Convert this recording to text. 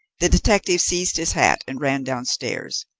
the detective seized his hat and ran downstairs,